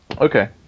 Okay